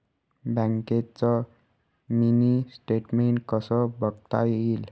बँकेचं mini statement कसं बघता येईल?